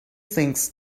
things